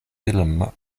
filma